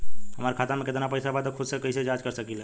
हमार खाता में केतना पइसा बा त खुद से कइसे जाँच कर सकी ले?